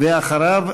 ואחריו,